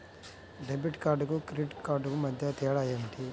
Debit కార్డుకు credit కార్డుకు మధ్య తేడా ఏమిటీ?